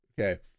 okay